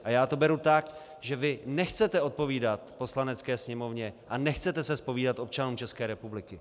A já to beru tak, že vy nechcete odpovídat Poslanecké sněmovně a nechcete se zpovídat občanům České republiky!